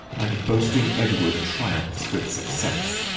and boasting edward triumphs with success.